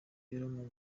w’umupira